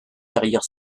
carrière